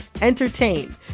entertain